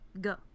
Go